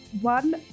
one